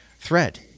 thread